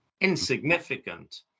insignificant